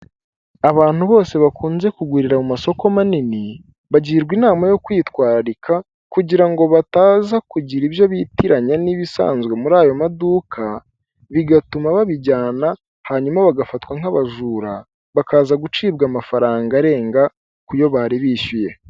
Abantu bose bakunze kugurira mu masoko manini, bagirwa inama yo kwitwararika kugira ngo bataza kugira ibyo bitiranya n'ibisanzwe muri ayo maduka bigatuma babijyana hanyuma bagafatwa nk'abajura bakaza gucibwa amafaranga arenga kuyo bari bishyuye.